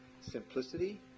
simplicity